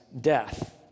death